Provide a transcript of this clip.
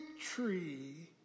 tree